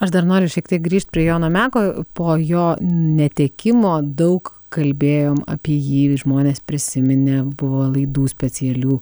aš dar noriu šiek tiek grįžt prie jono meko po jo netekimo daug kalbėjom apie jį žmonės prisiminė buvo laidų specialių